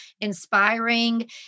inspiring